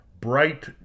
Bright